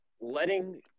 letting